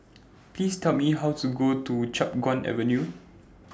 Please Tell Me How to Go to Chiap Guan Avenue